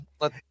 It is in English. Let